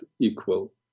equal